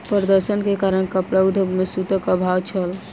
प्रदर्शन के कारण कपड़ा उद्योग में सूतक अभाव छल